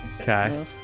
Okay